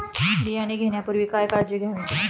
बियाणे घेण्यापूर्वी काय काळजी घ्यावी?